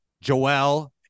Joel